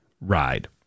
ride